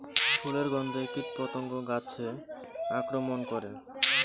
ফুলের গণ্ধে কীটপতঙ্গ গাছে আক্রমণ করে?